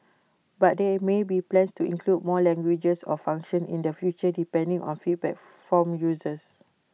but there may be plans to include more languages or function in the future depending on feedback from users